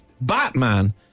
Batman